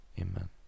Amen